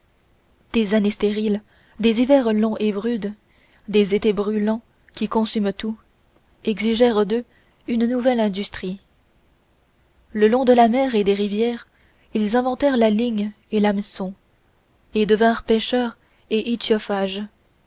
des années stériles des hivers longs et rudes des étés brûlants qui consument tout exigèrent d'eux une nouvelle industrie le long de la mer et des rivières ils inventèrent la ligne et l'hameçon et devinrent pêcheurs et